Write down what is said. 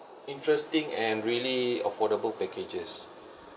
interesting and really affordable packages